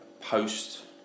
post